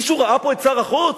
מישהו ראה פה את שר החוץ?